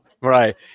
Right